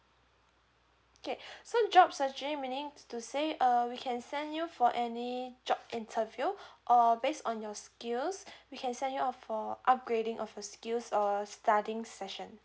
okay so jobs actually meaning to say uh we can send you for any job interview uh based on your skills we can sign you up for upgrading of your skills or studying session